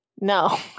no